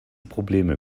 probleme